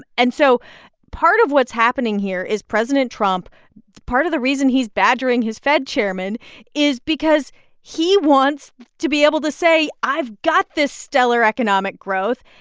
and so part of what's happening here is president trump part of the reason he's badgering his fed chairman is because he wants to be able to say, i've got this stellar economic growth.